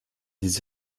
des